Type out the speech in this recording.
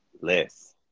Less